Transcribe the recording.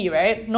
right